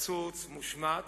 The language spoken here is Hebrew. קצוץ ומושמץ,